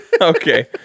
Okay